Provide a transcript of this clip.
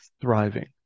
thriving